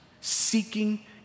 seeking